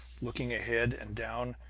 looking ahead and down,